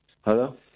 Hello